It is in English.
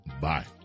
Bye